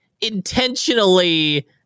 intentionally